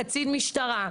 קצין משטרה.